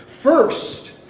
First